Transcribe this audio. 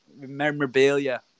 memorabilia